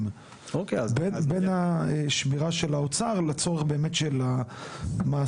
בין השמירה של האוצר לבין הצורך של המעסיקים.